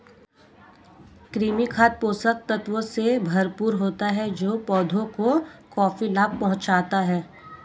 कृमि खाद पोषक तत्वों से भरपूर होता है जो पौधों को काफी लाभ पहुँचाता है